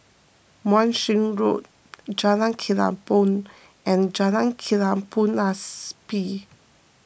Wan Shih Road Jalan Kelempong and Jalan Kelabu Asap